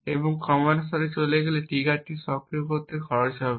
এবং এই ক্রমানুসারে চলে গেলে ট্রিগারটি সক্রিয় করতে খরচ হবে